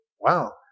wow